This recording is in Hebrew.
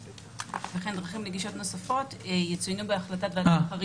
--- דרכים נגישות נוספות יצוינו בהחלטת ועדת החריגים.